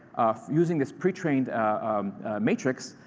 using this pre-trained matrix,